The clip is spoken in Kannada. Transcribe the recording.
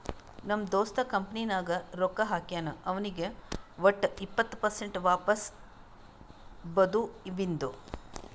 ನಮ್ ದೋಸ್ತ ಕಂಪನಿ ನಾಗ್ ರೊಕ್ಕಾ ಹಾಕ್ಯಾನ್ ಅವ್ನಿಗ್ ವಟ್ ಇಪ್ಪತ್ ಪರ್ಸೆಂಟ್ ವಾಪಸ್ ಬದುವಿಂದು